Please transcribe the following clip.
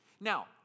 Now